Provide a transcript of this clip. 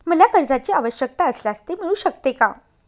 मला कर्जांची आवश्यकता असल्यास ते मिळू शकते का?